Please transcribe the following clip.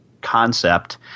concept